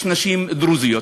יש 186 נשים דרוזיות.